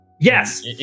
Yes